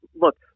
Look